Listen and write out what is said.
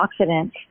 antioxidants